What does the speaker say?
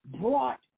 brought